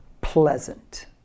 pleasant